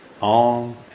On